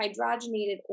hydrogenated